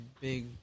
big